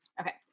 Okay